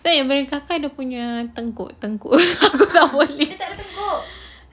eh then kakak dia punya tengkuk tengkuk